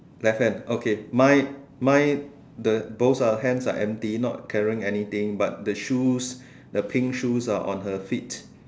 left hand okay my my the both are hands are empty not carrying anything but the shoes the pink shoes are on her feet